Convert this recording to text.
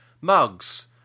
mugs